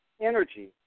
energy